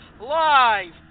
live